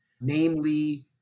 namely